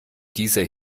dieser